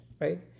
right